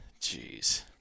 Jeez